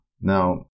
Now